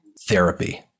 therapy